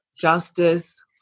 Justice